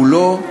כולו,